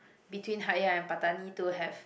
between Hat-Yai and Pattani to have